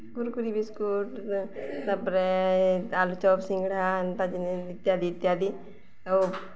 କୁରକୁରି biscuit ତା'ପରେ ଆଲୁଚପ୍ ସିଙ୍ଗ୍ଡ଼ା ଏନ୍ତା ଜିନିଷ୍ ଇତ୍ୟାଦି ଇତ୍ୟାଦି ଆଉ